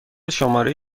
شماره